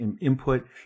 input